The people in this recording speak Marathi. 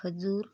खजूर